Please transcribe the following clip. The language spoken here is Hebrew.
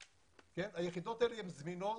היחידות.